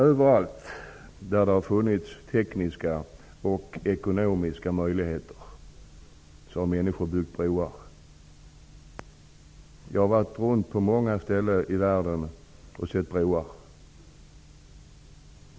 Överallt där det funnits tekniska och ekonomiska möjligheter, har människor byggt broar. Jag har varit runt på många ställen i världen och sett broar.